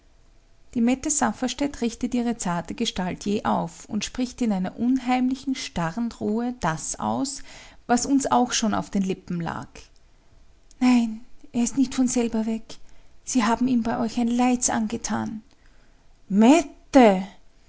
die mette safferstätt richtet ihre zarte gestalt jäh auf und spricht in einer unheimlichen starren ruhe das aus was uns auch schon aus den lippen lag nein er ist nicht von selber weg sie haben ihm bei euch ein leids angetan mette